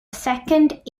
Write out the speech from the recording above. second